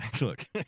Look